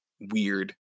weird